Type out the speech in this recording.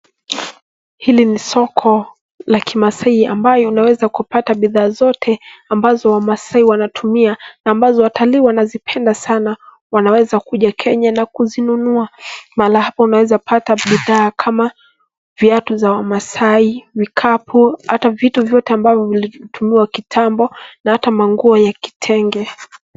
Hili ni soko la kimasai ambayo unaweza kupata bidhaa zote ambazo wamasai wanatumia. ambazo watalii wanazipenda sana. Wanaweza kuja Kenya na kuzinunua .Mahala unaeza pata bidhaa kama ,viatu za wamasai, vikapu, hata vitu vyote ambavyo vilitumiwa kitambo, na hata manguo ya kitenge.